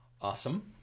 Awesome